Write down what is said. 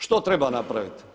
Što treba napraviti?